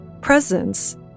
presence